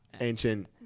ancient